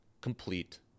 Complete